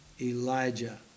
Elijah